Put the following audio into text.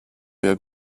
jak